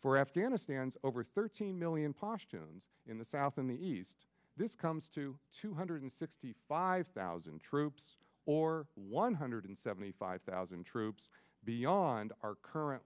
for afghanistan's over thirteen million posh tunes in the south in the east this comes to two hundred sixty five thousand troops or one hundred seventy five thousand troops beyond our current